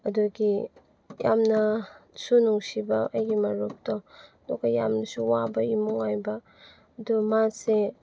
ꯑꯗꯨꯒꯤ ꯌꯥꯝꯅꯁꯨ ꯅꯨꯡꯁꯤꯕ ꯑꯩꯒꯤ ꯃꯔꯨꯞꯇꯣ ꯑꯗꯨꯒ ꯌꯥꯝꯅꯁꯨ ꯋꯥꯕ ꯏꯃꯨꯡ ꯑꯣꯏꯕ ꯑꯗꯨ ꯃꯥꯁꯦ